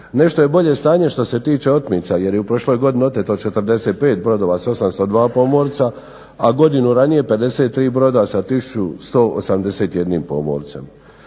Nešto je bolje stanje što se tiče otmica jer je u prošloj godini oteto 45 brodova s 802 pomorca, a godinu ranije 53 broda sa 1181 pomorcem.